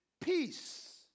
peace